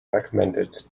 recommended